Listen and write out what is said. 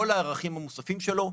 וכל הערכים המוספים שלו,